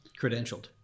credentialed